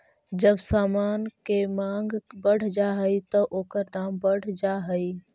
जब समान के मांग बढ़ जा हई त ओकर दाम बढ़ जा हई